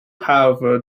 however